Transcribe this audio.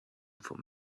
for